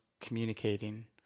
communicating